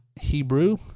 Hebrew